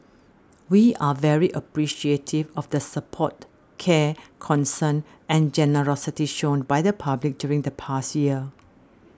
we are very appreciative of the support care concern and generosity shown by the public during the past year